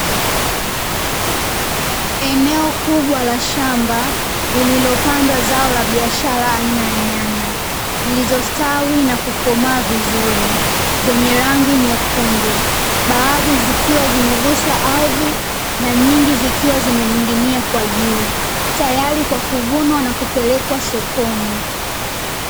Eneo kubwa la shamba lililopandwa zao la biashara aina ya nyanya, zilizostawi na kukomaa vizuri, zenye rangi nyekundu, baadhi zikiwa zimegusa ardhi, na nyingi zikiwa zimening'inia kwa juu, tayari kwa kuvunwa na kupelekwa sokoni.